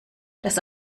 das